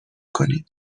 کنید